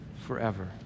forever